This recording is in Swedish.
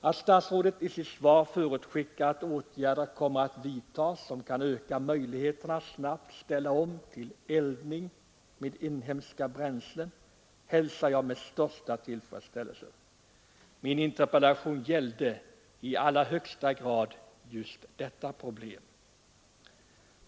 Att statsrådet i sitt svar förutskickar att åtgärder kommer att vidtas som kan öka möjligheterna att snabbt ställa om till eldning med inhemska bränslen hälsar jag med största tillfredsställelse. Min interpellation gällde i allra högsta grad just detta problem.